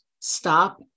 stop